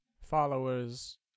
followers